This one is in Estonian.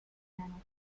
jäänud